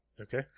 Okay